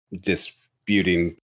disputing